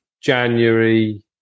january